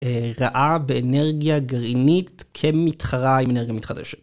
ראה באנרגיה גרעינית כמתחרה עם אנרגיה מתחדשת.